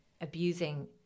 Abusing